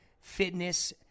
fitness